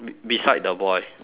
be~ beside the boy